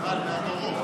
עוד מעט יש,